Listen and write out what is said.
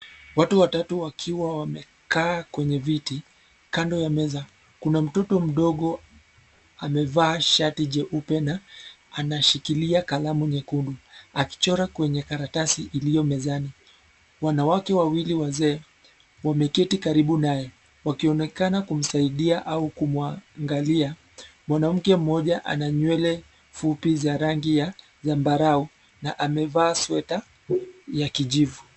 Watu watatu wakiwa wamekaa kwenye viti kando ya meza. Kuna mtoto mdogo amevaa shati jeupe na anashikilia kalamu nyekundu akichora kwenye karatasi iliyo mezani. Wanawake wawili wazee wameketi karibu naye wakionekana kumsaidia au kumwangalia. Mwanamke mmoja ana nywele fupi za rangi ya zambarau na amevaa sweta ya kijivu.